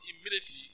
immediately